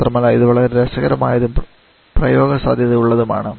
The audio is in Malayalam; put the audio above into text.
മാത്രമല്ല ഇത് വളരെ രസകരമായതും പ്രയോഗ സാധ്യത ഉള്ളതുമാണ്